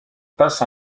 passe